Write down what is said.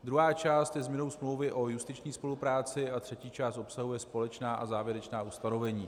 Druhá část je změnou smlouvy o justiční spolupráci a třetí část obsahuje společná a závěrečná ustanovení.